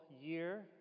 year